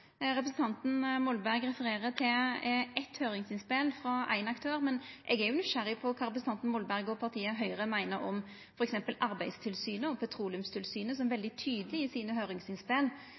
Representanten Molberg refererer til eitt høyringsinnspel frå éin aktør, men eg er nysgjerrig på kva representanten Molberg og partiet Høgre meiner om f.eks. Arbeidstilsynet og Petroleumstilsynet, som veldig tydeleg i høyringsinnspela sine